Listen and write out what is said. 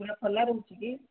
ଖୋଲା ରହୁଛି କି